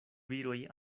viroj